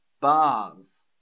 Bars